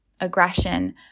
aggression